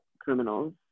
criminals